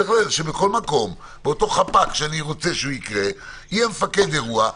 צריך שבכל מקום באותו חפ"ק שאני רוצה שהוא יקרה יהיה מפקד אירוע,